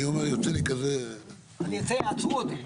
אני רוצה תשובה כוללת,